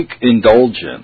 indulgence